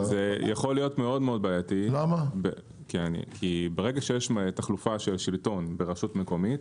זה יכול להיות מאוד בעייתי כי ברגע שיש תחלופת שלטון ברשות מקומית,